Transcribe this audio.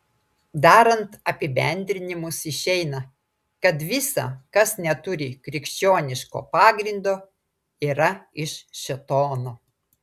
darant apibendrinimus išeina kad visa kas neturi krikščioniško pagrindo yra iš šėtono